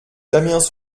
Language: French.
damiens